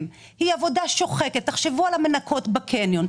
היא עבודה שוחקת תחשבו על המנקות בקניון,